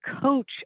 coach